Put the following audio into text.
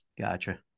Gotcha